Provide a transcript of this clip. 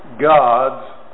God's